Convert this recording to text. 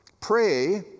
pray